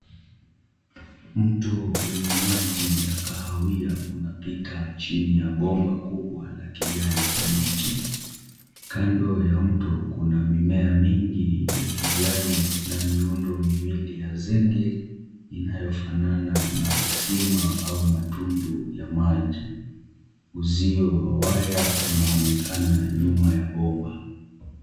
Mto wenye maji ya kahawia unapita chini ya bomba kubwa la kijani kibichi, kando ya mto kuna mimea mingi ya kijani na miundo miwili ya zegee inayofanana na visima au matundu ya maji, uzio wa waya unaonekana nyuma ya bomba.